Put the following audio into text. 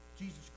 Jesus